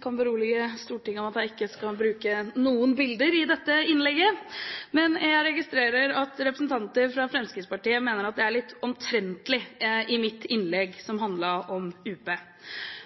kan berolige Stortinget med at jeg ikke skal bruke noen bilder i dette innlegget. Jeg registrerer at representanter fra Fremskrittspartiet mener at jeg var litt omtrentlig i mitt innlegg om UP.